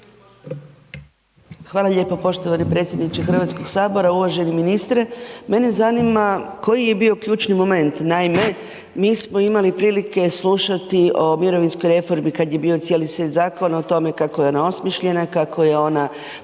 Hvala lijepo poštovani predsjedniče Hrvatskog sabora. Uvaženi ministre, mene zanima koji je bio ključni moment, naime mi smo imali prilike slušati o mirovinskoj reformi kad je bio cijeli set zakona, o tome kako je ona osmišljena, kako je ona